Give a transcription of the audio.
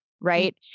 right